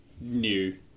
new